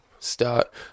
start